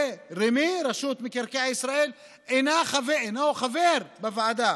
ורמ"י, רשות מקרקעי ישראל, אינה חברה בוועדה.